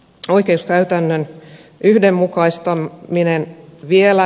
oikeuskäytännön yhdenmukaista minne vielä